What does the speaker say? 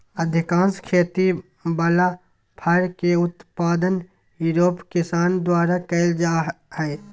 अधिकांश खेती वला फर के उत्पादन यूरोप किसान द्वारा कइल जा हइ